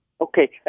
Okay